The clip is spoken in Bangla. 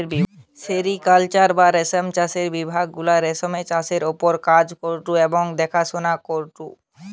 সেরিকালচার বা রেশম চাষের বিভাগ গুলা রেশমের চাষের ওপর কাজ করঢু এবং দেখাশোনা করঢু